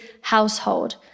household